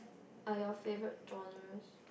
are you favourite genres